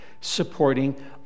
supporting